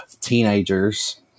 teenagers